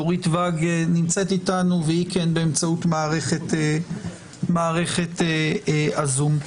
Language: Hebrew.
נמצאת איתנו באמצעות מערכת הזום.